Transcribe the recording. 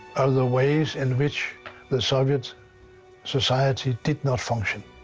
of the ways in which the soviet society did not function.